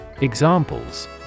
Examples